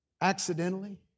accidentally